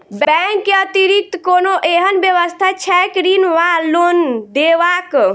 Bank केँ अतिरिक्त कोनो एहन व्यवस्था छैक ऋण वा लोनदेवाक?